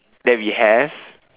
that we have